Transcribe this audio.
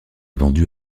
vendus